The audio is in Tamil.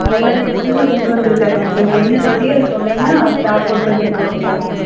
எல்லா மெடிஷனுமே கொண்டுட்டு வந்திருக்குறேங்க உங்களுக்கு என்ன தேவையோ அதை சொன்னிங்கன்னால் ஸ்டாக் கொண்டுட்டு வந்து போட்டுருலாங்க